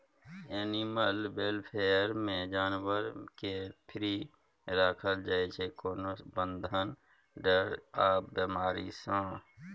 animal welfare मे जानबर केँ फ्री राखल जाइ छै कोनो बंधन, डर आ बेमारी सँ